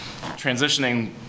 transitioning